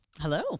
Hello